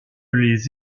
les